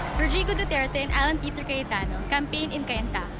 rodrigo duterte and alan peter cayetano campaigned in cainta,